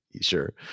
Sure